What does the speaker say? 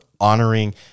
honoring